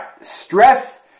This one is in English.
stress